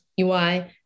UI